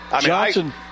Johnson